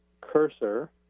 cursor